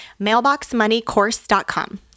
MailboxMoneyCourse.com